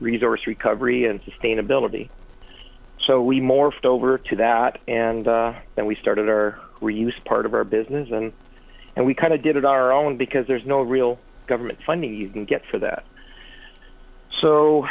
resource recovery and sustainability so we morphed over to that and then we started our reuse part of our business and and we kind of did our own because there's no real government funding you can get for that so